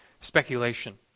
speculation